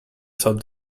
solve